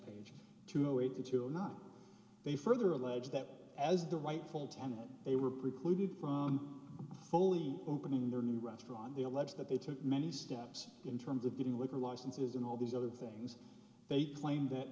until not they further allege that as the rightful tenant they were precluded from fully opening their new restaurant they allege that they took many steps in terms of getting liquor licenses and all these other things they claim that